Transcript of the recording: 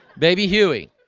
baby huey,